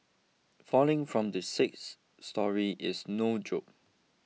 falling from the sixth storey is no joke